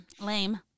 Lame